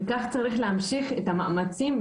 וכך צריך להמשיך את המאמצים.